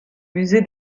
musée